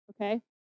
okay